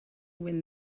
when